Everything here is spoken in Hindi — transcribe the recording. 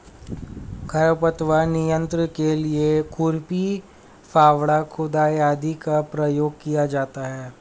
खरपतवार नियंत्रण के लिए खुरपी, फावड़ा, खुदाई आदि का प्रयोग किया जाता है